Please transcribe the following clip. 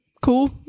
cool